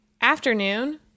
afternoon